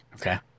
Okay